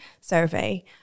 survey